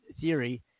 theory